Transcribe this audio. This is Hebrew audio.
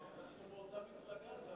אנחנו מאותה מפלגה.